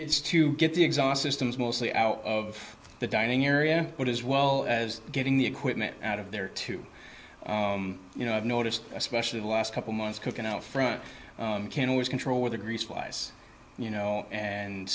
it's to get the exhaust systems mostly out of the dining area as well as getting the equipment out of there to you know i've noticed especially the last couple months cooking out front can't always control where the grease flies you know and